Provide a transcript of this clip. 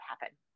happen